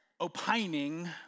opining